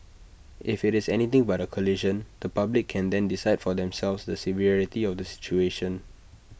if IT is anything but A collision the public can then decide for themselves the severity of the situation